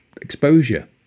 exposure